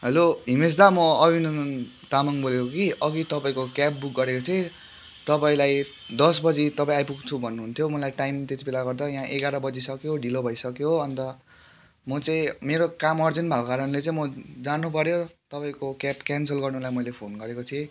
hello Himesh da म अभिनन्दन तामाङ बोलेको कि अघि तपाईँको क्याब बुक गरेको थिएँ तपाईँलाई दस बजी तपाईँ आइपुग्छु भन्नुहुन्थ्यो मलाई टाइम तेतिबेला गर्दा यहाँ एघार बजिसक्यो ढिलो भइसक्यो अन्त म चाहिँ मेरो काम अर्जेन्ट भएको कारणले चाहिँ म जानु पऱ्यो तपाईँको क्याब क्यान्सल गर्नुलाई मैले फोन गरेको थिएँ